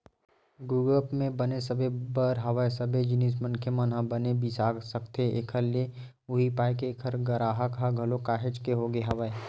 गुगप पे बने सबे बर हवय सबे जिनिस मनखे मन ह बने बिसा सकथे एखर ले उहीं पाय के ऐखर गराहक ह घलोक काहेच के होगे हवय